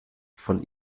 von